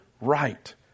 right